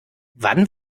wann